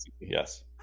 Yes